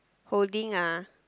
holding a